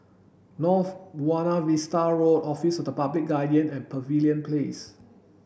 North Buona Vista Road Office of the Public Guardian and Pavilion Place